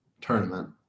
tournament